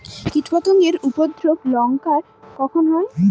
কীটপতেঙ্গর উপদ্রব লঙ্কায় কখন হয়?